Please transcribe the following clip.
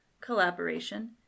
collaboration